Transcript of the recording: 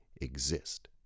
exist